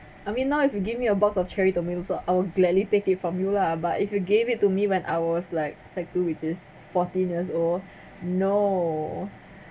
I mean now if you give me a box of cherry tomatoes I will gladly take it from you lah but if you gave it to me when I was like sec two which is fourteen years old no